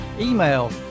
Email